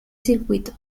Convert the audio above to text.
circuito